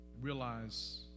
realize